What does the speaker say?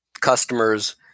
customers